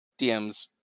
DM's